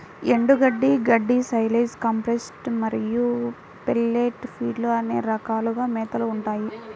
ఎండుగడ్డి, గడ్డి, silage, compressed మరియు పెల్లెట్ ఫీడ్లు అనే రకాలుగా మేతలు ఉంటాయి